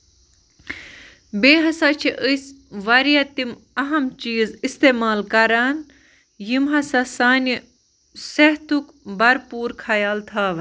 بیٚیہِ ہسا چھِ أسۍ واریاہ تِم اَہم چیٖز اِستعمال کران یِم ہسا سانہِ صحتُک بَرپوٗر خیال تھاوَن